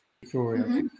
Victoria